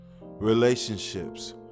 Relationships